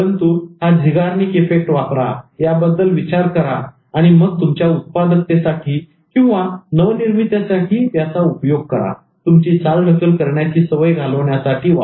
परंतु हा 'Zeigarnik Effect' Zeigarnik effect वापरा याबद्दल विचार करा आणि मग तुमच्या उत्पादकतेसाठीनवनिर्मितीसाठी वापरा तुमची चालढकल करण्याची सवय घालवण्यासाठी वापरा